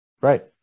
right